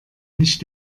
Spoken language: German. nicht